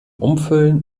umfüllen